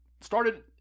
started